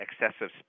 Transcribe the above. excessive